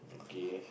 okay